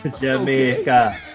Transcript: Jamaica